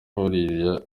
nk’uriya